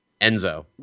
Enzo